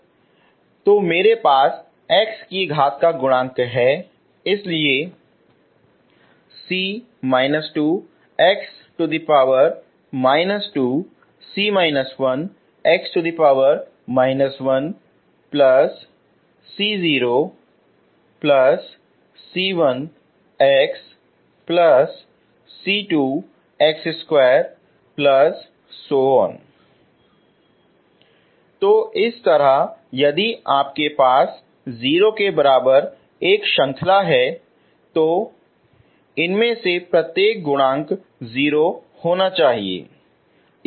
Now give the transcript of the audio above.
तो मेरे पास x की घात का गुणांक है इसलिए c−2 x−2c−1 x−1c0c1 xc2 x2¿ ¿0 तो इस तरह यदि आपके पास 0 के बराबर एक श्रृंखला है तो इनमें से प्रत्येक गुणांक 0 होना चाहिए